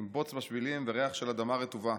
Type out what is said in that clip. עם בוץ בשבילים וריח של אדמה רטובה.